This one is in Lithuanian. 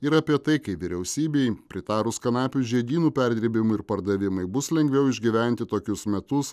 ir apie tai kai vyriausybei pritarus kanapių žiedynų perdirbimui ir pardavimui bus lengviau išgyventi tokius metus